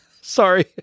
Sorry